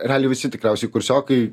realiai visi tikriausiai kursiokai